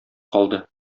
калды